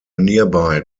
nearby